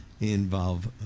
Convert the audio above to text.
involve